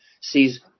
sees